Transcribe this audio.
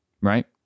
right